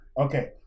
Okay